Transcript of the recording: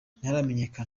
ntiharamenyekana